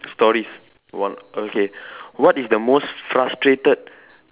stories one okay what is the most frustrated